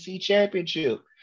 championship